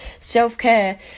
self-care